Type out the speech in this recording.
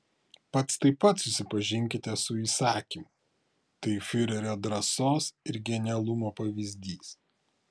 pats taip pat susipažinkite su įsakymu tai fiurerio drąsos ir genialumo pavyzdys